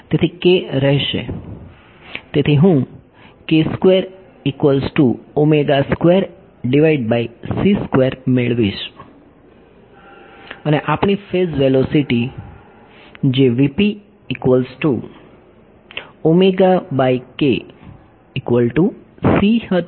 તેથી k રહેશે તેથી હું મેળવીશ અને આપણી ફેઝ વેલોસિટી જે હતી